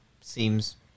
seems